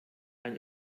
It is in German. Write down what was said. ein